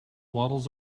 waddles